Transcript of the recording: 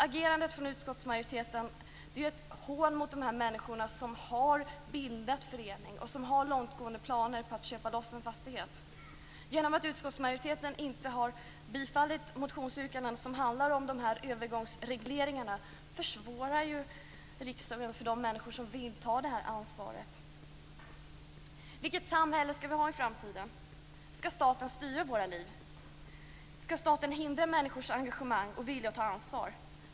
Agerandet från utskottsmajoriteten är ett hån mot de människor som har bildat förening och som har långtgående planer på att köpa loss sin fastighet. Genom att utskottsmajoriteten inte har bifallit motionsyrkandena som handlar om de här övergångsregleringarna försvårar ju riksdagen för de människor som vill ta det här ansvaret. Vilket samhälle skall vi ha i framtiden? Skall staten styra våra liv? Skall staten hindra människors engagemang och vilja att ta ansvar?